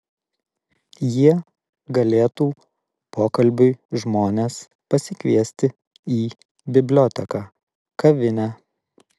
jie galėtų pokalbiui žmones pasikviesti į biblioteką kavinę